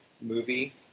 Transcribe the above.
movie